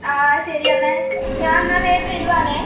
ആ ശരി എന്നാൽ ഞാൻ എന്നാൽ വേഗം വരുവാണേ